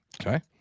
Okay